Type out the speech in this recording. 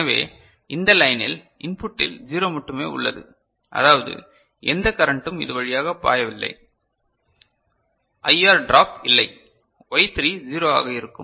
எனவே இந்த லைனின் இன்புடில் 0 மட்டுமே உள்ளது அதாவது எந்த கரண்டும் இது வழியாக பாயவில்லை ஐஆர் ட்ராப் இல்லை Y3 0 ஆக இருக்கும்